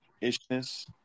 ishness